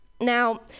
Now